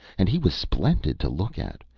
and he was splendid to look at,